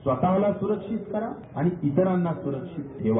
स्वतला सुरक्षित करा आणि इतरांना सुरक्षित ठेवा